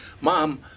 Mom